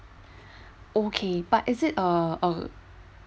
okay but is it uh uh